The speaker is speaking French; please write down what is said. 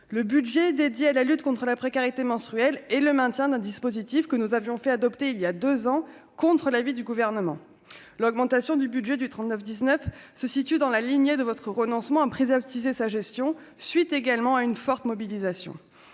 le budget dédié à la lutte contre la précarité menstruelle et le maintien d'un dispositif que nous avions fait adopter, il y a 2 ans, contre l'avis du gouvernement, l'augmentation du budget du trente-neuf 19 se situe dans la lignée de votre renoncement à préserve tissé sa gestion suite également à une forte mobilisation,